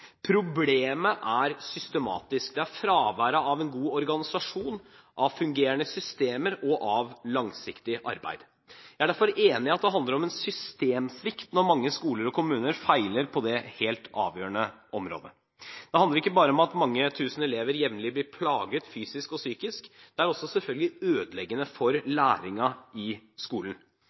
Problemet er systematisk. Det er fraværet av en god organisasjon, av fungerende systemer og av langsiktig arbeid. Jeg er derfor enig i at det handler om en systemsvikt når mange skoler og kommuner feiler på det helt avgjørende området. Det handler ikke bare om at mange tusen elever jevnlig blir plaget fysisk og psykisk, det er også selvfølgelig ødeleggende for læringen i skolen.